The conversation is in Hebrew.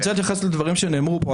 אני רוצה להתייחס לדברים שנאמרו פה.